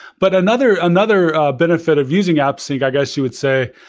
but another another benefit of using appsync, i guess you would say,